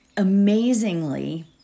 amazingly